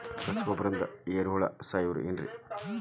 ರಸಗೊಬ್ಬರದಿಂದ ಏರಿಹುಳ ಸಾಯತಾವ್ ಏನ್ರಿ?